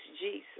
Jesus